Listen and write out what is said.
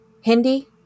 Hindi